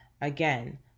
Again